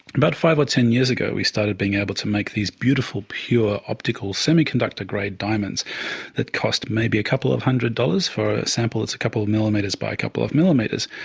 about five or ten years ago we started being able to make these beautiful pure optical semiconductor-grade diamonds that cost maybe a couple of hundred dollars for a sample that's a couple of millimetres by a couple of millimetres.